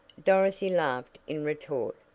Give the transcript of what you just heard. dorothy laughed in retort.